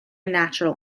natural